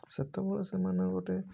ସେତେବେଳେ ସେମାନେ ଗୋଟେ